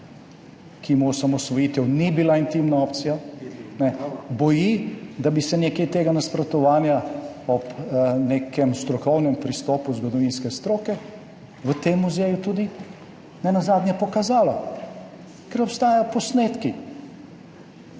ki mu osamosvojitev ni bila intimna opcija, boji, da bi se nekaj tega nasprotovanja ob nekem strokovnem pristopu zgodovinske stroke v tem muzeju tudi nenazadnje pokazalo, ker obstajajo posnetki.